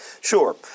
Sure